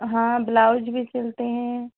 हाँ ब्लाउज भी सिलते हैं